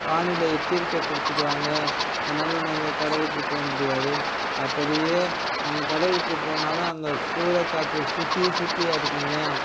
வானிலை எச்சரிக்கை கொடுத்துடுவாங்க அதனால நாங்கள் கடலுக்கு போக முடியாது அப்படியே நாங்கள் கடலுக்கு போனாலும் அங்கே சூறை காற்று சுற்றி சுற்றி அடிக்குதுங்க